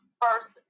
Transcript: first